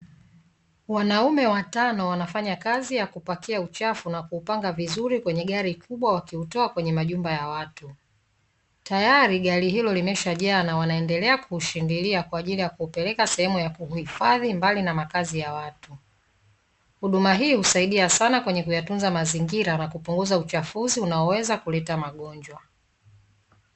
Wanaume watano wanafanya kazi ya kuoakia uchafu na kuupanga vizuri kwenye gari kubwa wakiutoa kwenye majumba ya watu tayari gari hilo limeshajaa na wanaendelea kuushindilia kuuhifadhi mbali na makazi ya watu. Huduma hii husaidia sana kwenye kutunza mazingira na kupunguza uchafuzi unaoweza kuleta magonjwa.